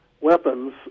weapons